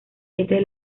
siete